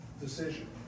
decision